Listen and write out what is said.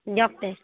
দিয়ক তে